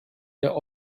der